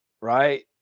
right